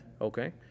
Okay